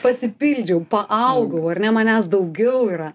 pasipildžiau paaugau ar ne manęs daugiau yra